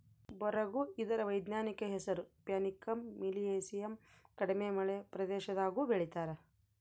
ಬರುಗು ಇದರ ವೈಜ್ಞಾನಿಕ ಹೆಸರು ಪ್ಯಾನಿಕಮ್ ಮಿಲಿಯೇಸಿಯಮ್ ಕಡಿಮೆ ಮಳೆ ಪ್ರದೇಶದಾಗೂ ಬೆಳೀತಾರ